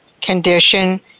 condition